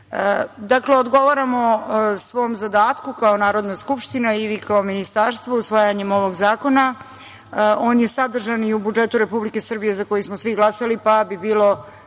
staro. Dakle, odgovaramo svom zadatku, kao Narodna skupština i vi kao Ministarstvo, usvajanjem ovog zakona, on je sadržan i u budžetu Republike Srbije za koji smo svi glasali, pa bi bilo